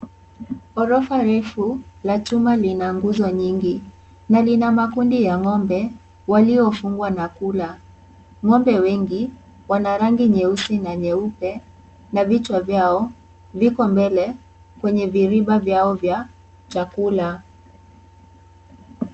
Gorofa refu la chuma lina nguzo nyingi na lina makundi ya ngombe waliofungwa na kula, ng'ombe wengi wana rangi nyeusi na nyeupe na vichwa vyao viko mbele kwenye virimba vyao vya chakula.